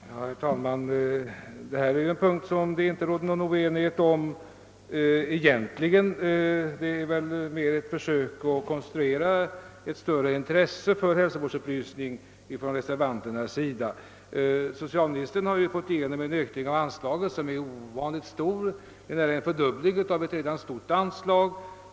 Herr talman! Detta är en punkt som det egentligen inte råder någon oenighet om; reservationen är väl snarare ett försök att konstruera en bild av ett större intresse för hälsovårdsupplysning. Socialministern har ju fått igenom en ökning av anslaget som är ovanligt stor — den innebär en fördubbling av ett redan stort anslag.